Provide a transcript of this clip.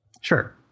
Sure